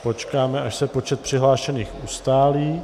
Počkáme, až se počet přihlášených ustálí.